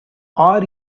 are